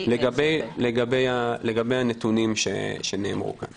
לגבי הנתונים שנאמרו כאן: